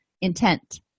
Intent